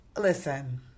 Listen